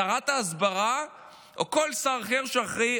שרת ההסברה או כל שר אחר שאחראי